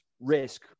risk